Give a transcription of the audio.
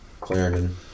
Clarendon